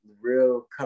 real